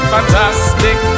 Fantastic